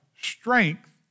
strength